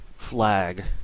flag